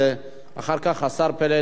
אחר כך השר פלד,